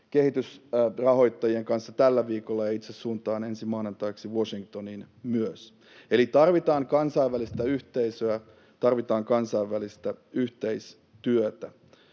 kehitysrahoittajien kanssa tällä viikolla, ja myös itse suuntaan ensin maanantaiksi Washingtoniin. Eli tarvitaan kansainvälistä yhteisöä, tarvitaan kansainvälistä yhteistyötä.